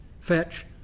fetch